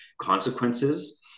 consequences